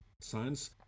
science